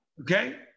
okay